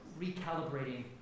recalibrating